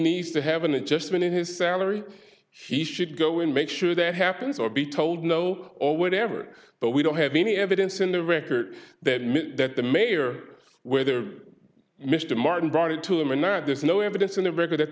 needs to have an adjustment in his salary he should go in make sure that happens or be told no or whatever but we don't have any evidence in the record that that the mayor whether mr martin brought it to him or not there's no evidence in the record that